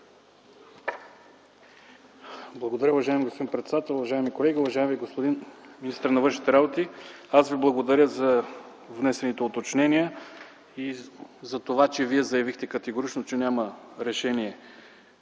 Благодаря, уважаеми господин председател. Уважаеми колеги! Уважаеми господин министър на външните работи, аз Ви благодаря за внесените уточнения и за това, че Вие заявихте категорично, че няма решение,